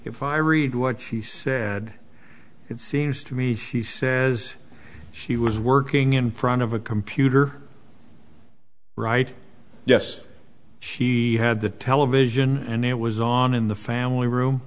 if i read what she said it seems to me she says she was working in front of a computer right yes she had the television and it was on in the family room